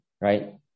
right